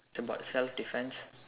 it's about self defense